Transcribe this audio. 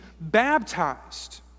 baptized